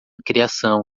criação